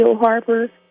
Harper